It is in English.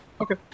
okay